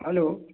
hello